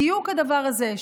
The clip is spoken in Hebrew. בדיוק הדבר הזה,